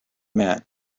man